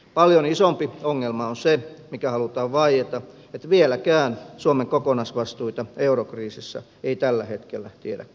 paljon isompi ongelma on se mistä halutaan vaieta että vieläkään suomen kokonaisvastuita eurokriisissä ei tällä hetkellä tiedä kukaan